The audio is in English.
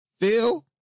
Phil